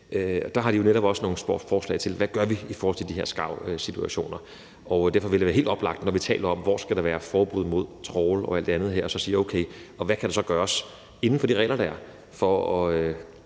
Der har de jo netop også nogle forslag til, hvad vi gør i forhold til de her skarvsituationer. Derfor vil det være helt oplagt, når vi taler om, hvor der skal være forbud mod trawl og alt andet, at sige: Hvad kan der så gøres inden for de regler, der er, for at